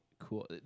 cool